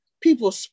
people